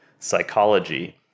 psychology